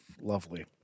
lovely